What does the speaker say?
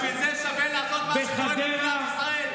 בשביל זה שווה לעשות את מה שקורה במדינת ישראל?